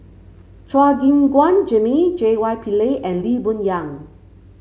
Chua Gim Guan Jimmy J Y Pillay and Lee Boon Yang